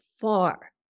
far